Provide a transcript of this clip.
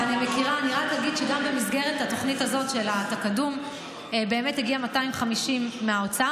אני רק אגיד שגם במסגרת התוכנית הזאת של התקדום הגיעו 250 מהאוצר,